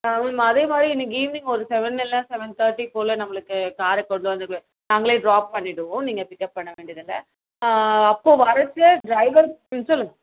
ஆ ma'am அதேமாதிரி இன்னைக்கு evening ஒரு செவன் இல்லை செவன் தேர்ட்டி போல் நம்மளுக்கு காரை கொண்டு வந்து கு நாங்களே ட்ராப் பண்ணிவிடுவோம் நீங்கள் பிக் அப் பண்ண வேண்டியதில்லை அப்போ வரச்ச ட்ரைவர் ம் சொல்லுங்கள்